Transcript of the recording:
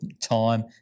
time